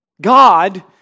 God